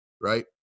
Right